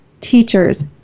teachers